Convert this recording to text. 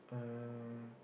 um